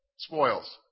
spoils